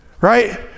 right